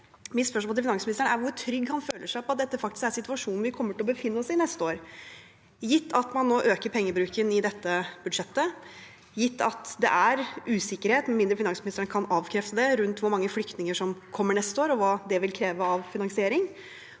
Mitt spørsmål til finansministeren er imidlertid hvor trygg han føler seg på at dette faktisk er situasjonen vi kommer til å befinne oss i neste år, gitt at man øker pengebruken i dette budsjettet, gitt at det er usikkerhet – med mindre finansministeren kan avkrefte det – rundt hvor mange flyktninger som kommer neste år, og hva det vil kreve av finansiering,